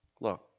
Look